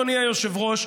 אדוני היושב-ראש,